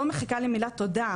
לא מחכה למילת תודה,